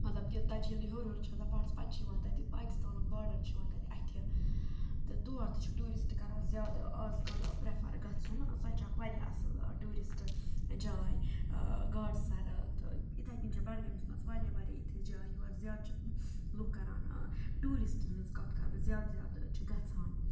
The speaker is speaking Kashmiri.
مطلب کہِ تَتہِ چھِ ییٚلہِ ہیوٚر ہیوٚر چھِ گژھان پہاڑس پَتہٕ چھِ یِوان تَتہِ پاکِستانُک باڈَر چھِ یِوان تَتہِ اَتھِ تہٕ تور تہِ چھُ ٹیوٗرِسٹ کَران زیادٕ آزکَل پرٛٮ۪فَر گَژھُن سۄ تہِ چھِ اَکھ واریاہ اَصٕل ٹیوٗرِسٹ جاے گاڈٕ سَر تہٕ یِتھَے کٔنۍ چھِ بَڈگٲمِس مَنٛز واریاہ واریاہ یِتھ ہِش جایہِ یور زیادٕ چھِ لُکھ کَران ٹیوٗرِسٹَن ہٕنٛز کَتھ کَرٕ بہٕ زیادٕ زیادٕ چھِ گژھان